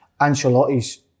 Ancelotti's